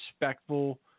respectful